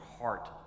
heart